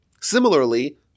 Similarly